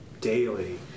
daily